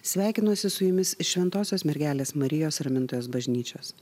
sveikinuosi su jumis iš šventosios mergelės marijos ramintojos bažnyčios